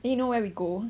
then you know where we go